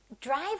Drive